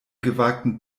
gewagten